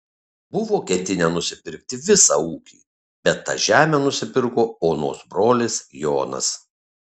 buvo ketinę nusipirkti visą ūkį bet tą žemę nusipirko onos brolis jonas